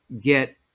get